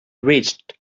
reached